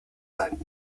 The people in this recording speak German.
sein